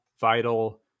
vital